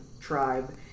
tribe